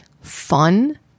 fun